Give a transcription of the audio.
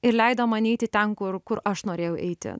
ir leido man eiti ten kur kur aš norėjau eiti